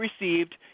received